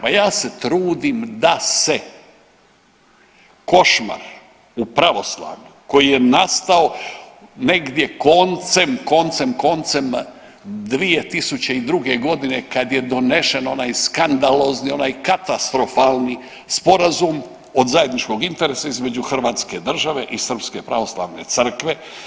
Ma ja se trudim da se košmar u pravoslavlju koji je nastao negdje koncem 2002. godine kad je donesen onaj skandalozni, onaj katastrofalni sporazum od zajedničkog interesa između Hrvatske države i Srpske pravoslavne crkve.